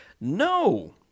No